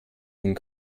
den